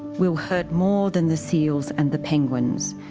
will hurt more than the seals and the penguins.